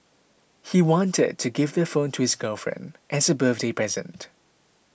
he wanted to give the phone to his girlfriend as a birthday present